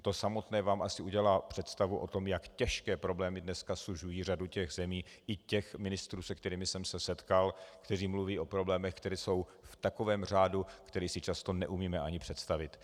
To samotné vám asi udělá představu o tom, jak těžké problémy dneska sužují řadu těch zemí i těch ministrů, se kterými jsem se setkal, kteří mluví o problémech, které jsou v takovém řádu, který si často neumíme ani představit.